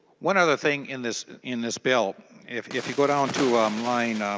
one other thing in this in this bill if if you go down to um line